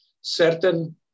certain